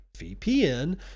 VPN